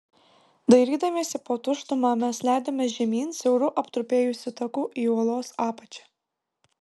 dairydamiesi po tuštumą mes leidomės žemyn siauru aptrupėjusiu taku į uolos apačią